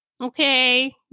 okay